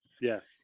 yes